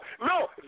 no